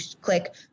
click